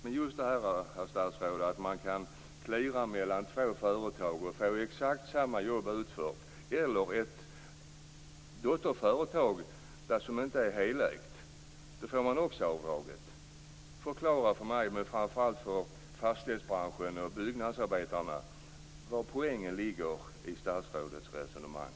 Man kan alltså cleara mellan två företag eller mellan ett moderföretag och ett dotterföretag som inte är helägt, få exakt samma jobb utfört och få det här avdraget. Förklara för mig men framför allt för fastighetsbranschen och byggnadsarbetarna vari poängen ligger i statsrådets resonemang!